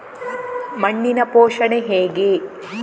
ಮಣ್ಣಿನ ಪೋಷಣೆ ಹೇಗೆ?